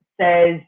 says